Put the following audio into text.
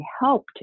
helped